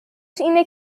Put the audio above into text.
اینه